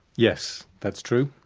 yes, that's true.